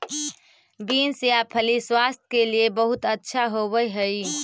beans या फली स्वास्थ्य के लिए बहुत अच्छा होवअ हई